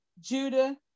Judah